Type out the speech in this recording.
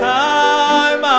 time